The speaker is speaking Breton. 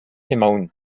emaon